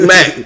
Mac